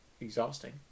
exhausting